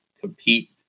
compete